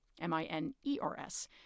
M-I-N-E-R-S